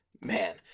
Man